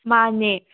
ꯃꯥꯅꯦ